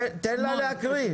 תן לה להקריא.